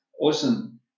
Awesome